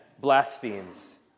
blasphemes